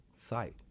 sight